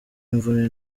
imvune